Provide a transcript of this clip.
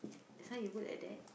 just now you put like that